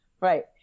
right